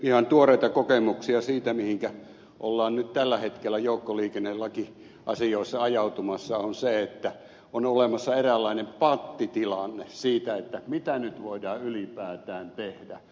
ihan tuoreita kokemuksia siitä mihinkä ollaan nyt tällä hetkellä joukkoliikennelakiasioissa ajautumassa on se että on olemassa eräänlainen pattitilanne siinä mitä nyt voidaan ylipäätään tehdä